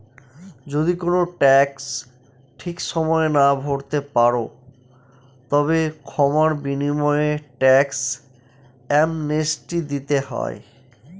যদি কোনো ট্যাক্স ঠিক সময়ে না ভরতে পারো, তবে ক্ষমার বিনিময়ে ট্যাক্স অ্যামনেস্টি দিতে হয়